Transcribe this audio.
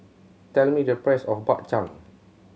tell me the price of Bak Chang